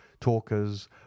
talkers